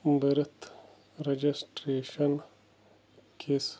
birth registration کِس